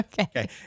Okay